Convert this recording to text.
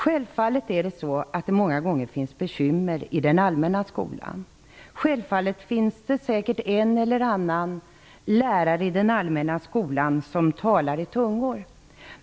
Självfallet finns det många bekymmer i den allmänna skolan. Självfallet finns det en eller annan lärare i den allmänna skolan som talar i tungor.